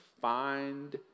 find